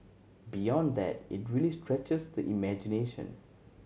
beyond that it really stretches the imagination